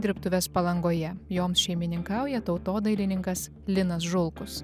dirbtuves palangoje joms šeimininkauja tautodailininkas linas žulkus